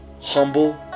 Humble